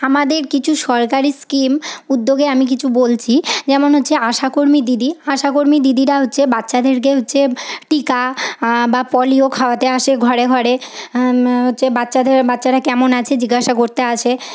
আমাদের কিছু সরকারি স্কিম উদ্যোগে আমি কিছু বলছি যেমন হচ্ছে আশাকর্মী দিদি আশাকর্মী দিদিরা হচ্ছে বাচ্চাদেরকে হচ্ছে টিকা বা পোলিও খাওয়াতে আসে ঘরে ঘরে হচ্ছে বাচ্চাদের বাচ্চারা কেমন আছে জিজ্ঞাসা করতে আসে